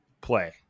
play